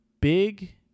big